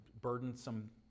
burdensome